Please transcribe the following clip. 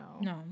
no